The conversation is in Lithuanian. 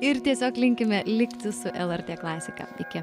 ir tiesiog linkime likti su lrt klasika iki